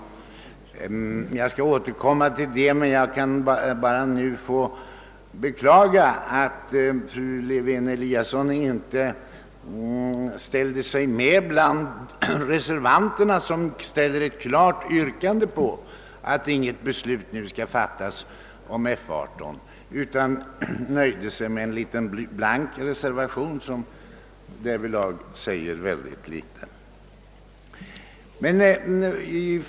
Jag skall återkomma härtill och nu bara beklaga att fru Lewén-Eliasson inte gick med reservanterna som ställer ett klart yrkande på att inget beslut skulle fattas om F 18 nu. Hon nöjde sig med en liten blank reservation som därvidlag säger mycket litet.